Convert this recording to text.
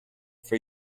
for